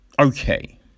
okay